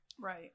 Right